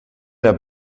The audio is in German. der